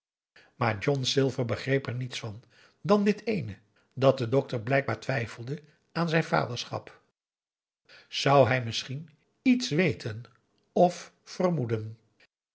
maar john silver begreep er niets van dan dit ééne dat de dokter blijkbaar twijfelde aan zijn vaderschap zou hij misschien iets weten of vermoeden